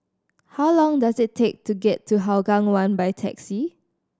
how long does it take to get to Hougang One by taxi